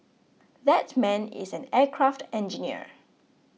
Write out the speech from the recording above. that man is an aircraft engineer